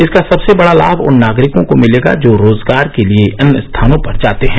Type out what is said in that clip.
इसका सबसे बड़ा लाम उन नागरिकों को मिलेगा जो रोजगार के लिए अन्य स्थानों पर जाते हैं